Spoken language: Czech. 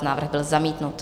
Návrh byl zamítnut.